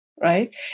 right